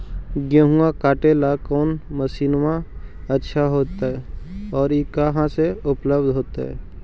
गेहुआ काटेला कौन मशीनमा अच्छा होतई और ई कहा से उपल्ब्ध होतई?